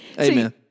Amen